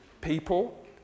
people